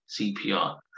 CPR